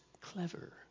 clever